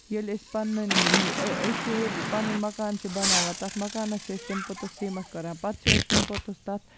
ییٚلہِ اسہِ پَنٕنۍ أسی ییٚلہِ پَنُن مَکان چھِ بَناوان تَتھ مکانَس چھِ أسۍ تَمہِ پوتُس سِمینٛٹ کَران پتہٕ چھِ أسۍ تَمہِ پوتُس تَتھ